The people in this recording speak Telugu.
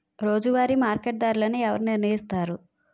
రోజువారి మార్కెట్ ధరలను ఎవరు నిర్ణయిస్తారు?